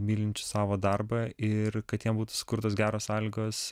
mylinčių savo darbą ir kad jiem būtų sukurtos geros sąlygos